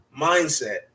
mindset